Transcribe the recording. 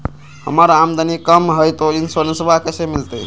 हमर आमदनी कम हय, तो इंसोरेंसबा कैसे मिलते?